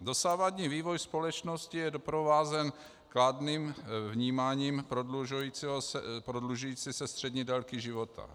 Dosavadní vývoj společnosti je doprovázen kladným vnímáním prodlužující se střední délky života.